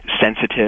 sensitive